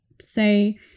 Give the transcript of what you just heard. say